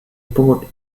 board